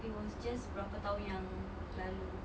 it was just berapa tahun yang lalu